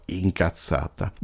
incazzata